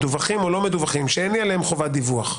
מדווחים או לא מדווחים, שאין לי עליהם חובת דיווח,